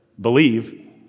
believe